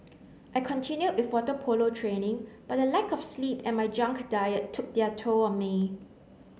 I continued with water polo training but the lack of sleep and my junk diet took their toll on me